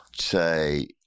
say